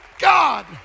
God